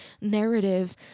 narrative